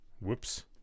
Whoops